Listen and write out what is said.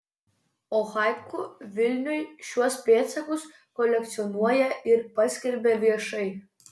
o haiku vilniui šiuos pėdsakus kolekcionuoja ir paskelbia viešai